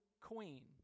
queen